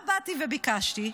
מה באתי וביקשתי?